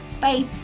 Bye